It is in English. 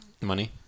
Money